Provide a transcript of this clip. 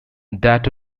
that